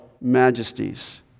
majesties